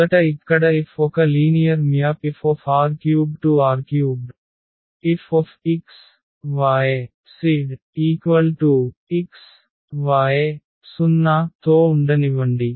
మొదట ఇక్కడ F ఒక linear map FR3R3 Fx y z x y 0 తో ఉండనివ్వండి